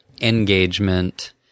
engagement